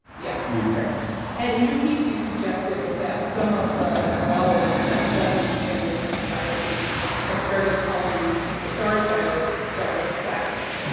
yeah. we think ed, in your piece, you suggested that some of the virologists that study these families of viruses have started calling the sars virus sars classic.